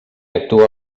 actua